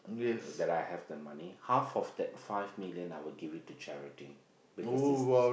that I have the money half of that five million I will give it to charity because it's